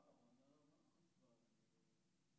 פשוט לא מעניין אתכם מה קורה למאות אלפי בעלי העסקים הקטנים,